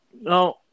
No